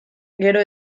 gero